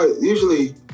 usually